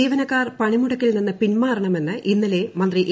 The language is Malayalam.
ജീവനക്കാർ പണിമുടക്കിൽ നിന്ന് പിൻമാറണമെന്ന് ഇന്നലെ മന്ത്രി എ